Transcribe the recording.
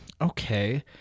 okay